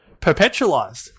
perpetualized